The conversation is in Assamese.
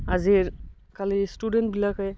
আজিকালিৰ ষ্টোডেণ্টবিলাকে